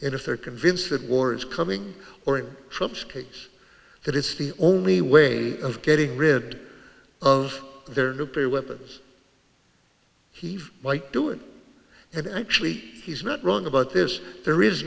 if they're convinced that war is coming or it trumps case that it's the only way of getting rid of their nuclear weapons he might do it and actually he's not wrong about this there is